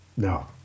No